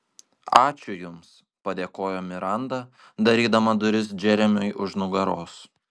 ačiū jums padėkojo miranda darydama duris džeremiui už nugaros